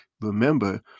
Remember